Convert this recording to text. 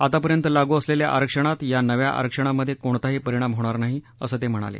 आतापर्यंत लागू असलेल्या आरक्षणात या नव्या आरक्षणामध्ये कोणताही परिणाम होणार नाही असं ते म्हणाले